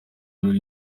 ruri